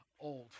old